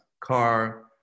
car